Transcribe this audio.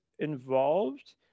involved